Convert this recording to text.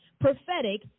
prophetic